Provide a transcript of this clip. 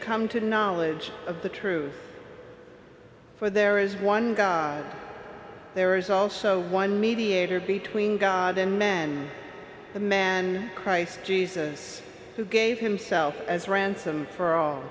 come to a knowledge of the truth for there is one there is also one mediator between god and men the man christ jesus who gave himself as ransom for all